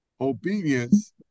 Obedience